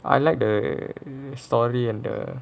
I like the story and the